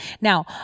Now